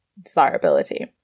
desirability